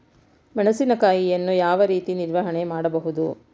ಮೆಣಸಿನಕಾಯಿಯನ್ನು ಯಾವ ರೀತಿ ನಿರ್ವಹಣೆ ಮಾಡಬಹುದು?